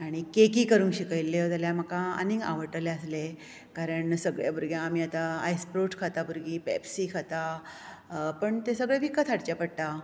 आनी केकी करूंक शिकयल्ल्यो जाल्यार म्हाका आनीक आवडटलें आसलें कारण सगळी भुरगीं आमी आतां आयस्क्रोट खातात भुरगीं पॅप्सी खाता पूण तें सगळें विकत हाडचें पडटा